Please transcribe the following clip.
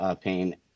pain